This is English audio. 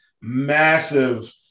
massive